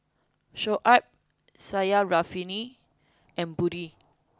Shoaib Syarafina and Budi